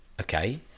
Okay